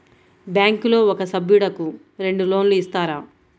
బ్యాంకులో ఒక సభ్యుడకు రెండు లోన్లు ఇస్తారా?